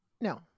No